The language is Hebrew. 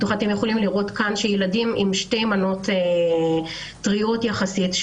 אתם יכולים לראות שילדים עם שתי מנות טריות יחסית,